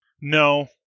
No